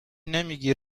نمیگی